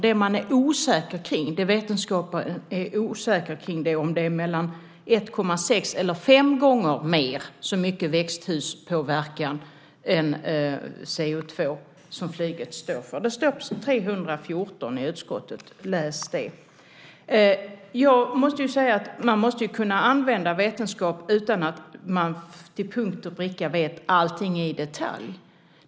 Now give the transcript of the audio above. Det som vetenskapen är osäker om är hur mycket flyget står för; det handlar om mellan 1,6 och 5 gånger mer växthuspåverkan än CO2. Detta står på s. 314 i betänkandet. Läs det! Man måste kunna använda vetenskap även om man inte till punkt och pricka vet allt i detalj.